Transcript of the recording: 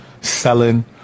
selling